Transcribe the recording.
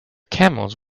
camels